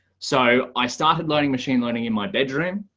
so i started learning machine learning in my bedroom.